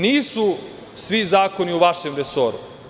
Nisu svi zakoni u vašem resoru.